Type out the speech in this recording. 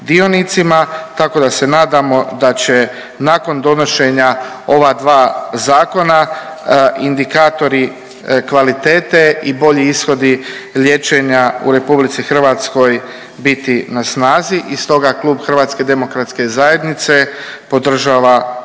tako da se nadamo da će nakon donošenja ova dva zakona indikatori kvalitete i bolji ishodi liječenja u RH biti na snazi i stoga Klub HDZ-a podržava ova prva čitanja